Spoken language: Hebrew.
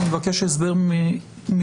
אני מבקש הסבר מדויק,